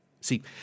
See